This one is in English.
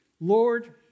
Lord